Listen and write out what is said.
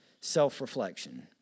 self-reflection